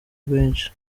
benshi